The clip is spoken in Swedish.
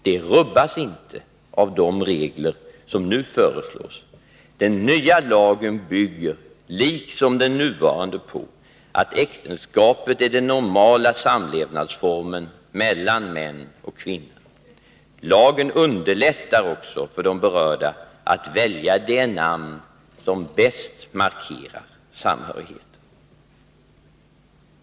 Detta rubbas inte av de regler som nu föreslås. Den nya lagen bygger liksom den nuvarande på att äktenskapet är den normala samlevnadsformen mellan män och kvinnor. Lagen underlättar också för de berörda att välja det namn som bäst markerar samhörigheten.